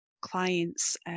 clients